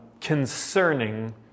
concerning